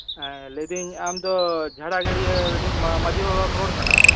ᱞᱟᱹᱭᱫᱟᱹᱧ ᱟᱢ ᱫᱚ ᱡᱷᱟᱲᱟᱜᱟᱹᱲᱭᱟᱹ ᱨᱤᱱᱤᱡ ᱢᱟᱺᱡᱷᱤ ᱵᱟᱵᱟᱢ ᱨᱚᱲ ᱠᱟᱱᱟ